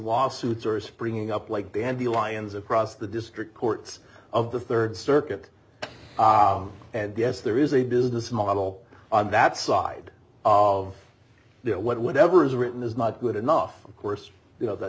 lawsuits are springing up like they had the lions across the district courts of the rd circuit and yes there is a business model on that side of that whatever is written is not good enough course you know th